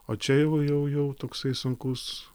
o čia jau jau jau toksai sunkus